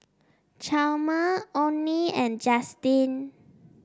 Chalmer Onie and Justin